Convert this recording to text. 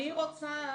אני רוצה